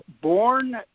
Born